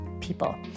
people